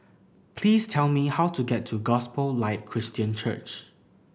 please tell me how to get to Gospel Light Christian Church